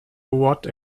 what